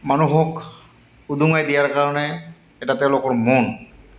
মানুহক উদঙাই দিয়াৰ কাৰণে এটা তেওঁলোকৰ মন